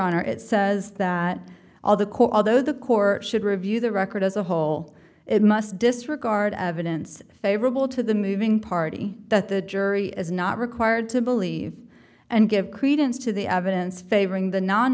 honor it says that all the court although the court should review the record as a whole it must disregard evidence favorable to the moving party that the jury is not required to believe and give credence to the evidence favoring the non